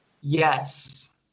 Yes